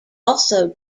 also